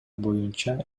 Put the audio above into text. боюнча